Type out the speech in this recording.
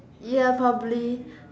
ya probably